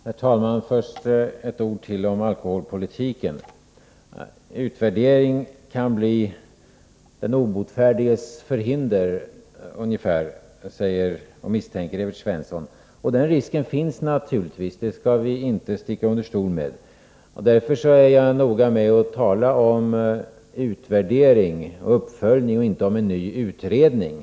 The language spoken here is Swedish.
Herr talman! Först några ord till om alkoholpolitiken. Utvärdering kan bli Onsdagen den den obotfärdiges förhinder, säger och misstänker Evert Svensson. Den —1februari 1984 risken finns naturligtvis, det skall vi inte sticka under stol med. Därför är jag noga med att tala om utvärdering och uppföljning och inte om en ny Allmänpolitisk utredning.